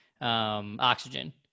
oxygen